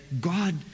God